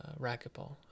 racquetball